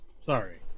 sorry